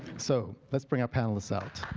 so let's bring our panelists out.